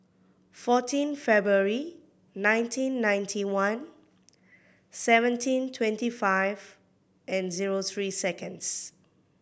fourteen February nineteen ninety one seventeen twenty five and zero three seconds